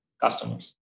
customers